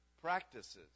Practices